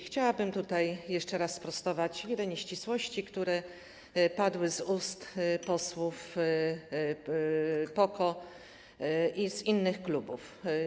Chciałabym jeszcze raz sprostować wiele nieścisłości, które padły z ust posłów PO-KO i innych klubów.